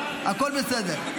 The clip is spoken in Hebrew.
הכול בסדר.